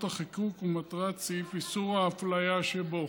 החיקוק ומטרת סעיף איסור ההפליה שבו.